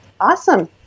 Awesome